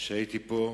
שהייתי פה,